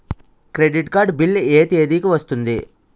Credit card bill ఎ తేదీ కి వస్తుంది?